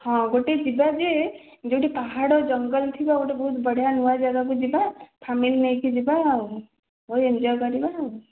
ହଁ ଗୋଟେ ଯିବା ଯେ ଯେଉଁଠି ପାହାଡ଼ ଜଙ୍ଗଲ ଥିବ ଆଉ ଗୋଟେ ବହୁତ୍ ବଢ଼ିଆ ନୂଆ ଜାଗାକୁ ଯିବା ଫ୍ୟାମିଲି ନେଇକି ଯିବା ଆଉ ଏଞ୍ଜୟ୍ କରିବା ଆଉ